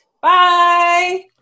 Bye